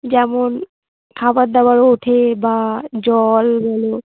যেমন খাবার দাবার ওঠে বা জল বলো